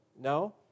no